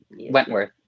Wentworth